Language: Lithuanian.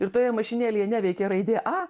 ir toje mašinėlėje neveikė raidė a